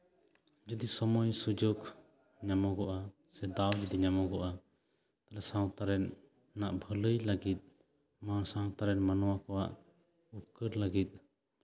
ᱡᱩᱫᱤ ᱥᱚᱢᱚᱭ ᱥᱩᱡᱳᱜᱽ ᱧᱟᱢᱚᱜᱚᱜᱼᱟ ᱥᱮ ᱫᱟᱶ ᱡᱩᱫᱤ ᱧᱟᱢᱚᱜᱚᱜᱼᱟ ᱛᱟᱦᱞᱮ ᱥᱟᱶᱛᱟ ᱨᱮᱱᱟᱜ ᱵᱷᱟᱹᱞᱟᱹᱭ ᱞᱟᱹᱜᱤᱫ ᱱᱚᱣᱟ ᱥᱟᱶᱛᱟ ᱨᱮᱱ ᱢᱟᱱᱣᱟ ᱠᱚᱣᱟᱜ ᱩᱯᱠᱟᱹᱨ ᱞᱟᱹᱜᱤᱫ